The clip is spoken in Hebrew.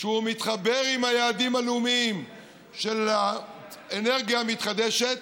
שמתחבר ליעדים הלאומיים של האנרגיה המתחדשת,